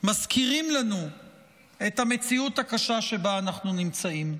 מזכירים לנו את המציאות הקשה שבה אנחנו נמצאים,